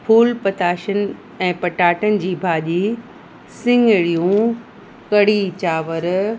फ़ूल पताशनि ऐं पटाटनि जी भाॼी सिङिरियूं कढ़ी चांवर